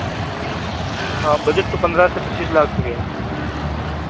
हाँ बजट तो पंद्रह से पच्चीस लाख तक है